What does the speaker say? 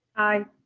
i.